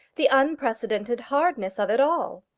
the unprecedented hardness of it all!